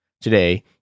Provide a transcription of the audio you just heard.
Today